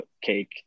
cake